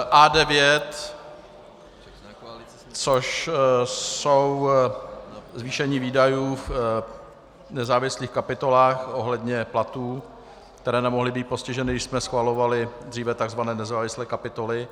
A9, což je zvýšení výdajů v nezávislých kapitolách ohledně platů, které nemohly být postiženy, když jsme schvalovali dříve tzv. nezávislé kapitoly.